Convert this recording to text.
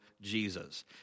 Jesus